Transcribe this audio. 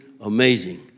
amazing